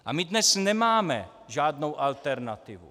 A my dnes nemáme žádnou alternativu.